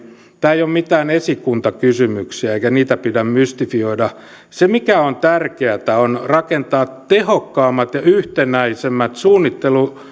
eivät ole mitään esikuntakysymyksiä eikä niitä pidä mystifioida mikä on tärkeätä on rakentaa tehokkaammat ja yhtenäisemmät suunnittelu ja